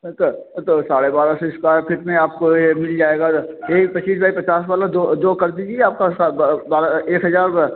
हाँ तो हाँ तो साढ़े बारह सौ सक्वायर फिट में आपको यह मिल जाएगा एक पच्चीस बाइ पचास वाला दो दो कर दीजिए आपका बारह एक हज़ार